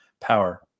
power